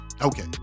Okay